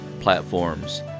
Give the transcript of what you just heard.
platforms